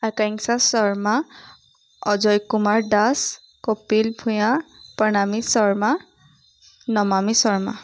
Akankhya Sharma Ajay Kumar Das Kapil Bhuyan Pranami Sharma Namami Sharma